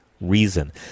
reason